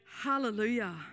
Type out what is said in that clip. hallelujah